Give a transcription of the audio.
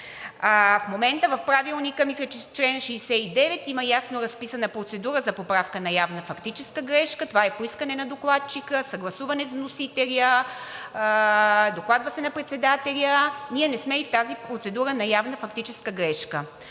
В момента в Правилника, мисля, че чл. 69, има ясно разписана процедура за поправка на явна фактическа грешка – това по искане на докладчика, съгласуван е с вносителя, докладва се на председателя. Ние не сме и в тази процедура на явна фактическа грешка.